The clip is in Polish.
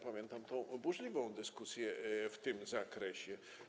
Pamiętam burzliwą dyskusję w tym zakresie.